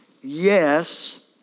yes